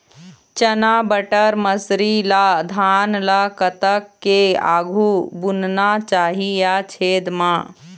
चना बटर मसरी ला धान ला कतक के आघु बुनना चाही या छेद मां?